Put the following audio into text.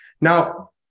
Now